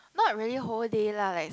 not really whole day lah like